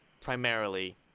primarily